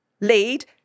lead